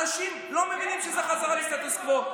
אנשים לא מבינים שזה חזרה לסטטוס קוו.